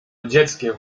dzieckiem